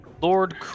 Lord